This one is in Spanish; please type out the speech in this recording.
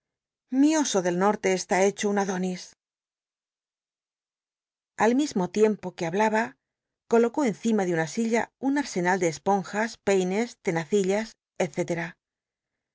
mi oso del nortc estü hecho un adónis al miomo tiempo que bablaba colocó encima de una silla un arsenal de esponjas peines tenacillas